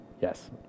Yes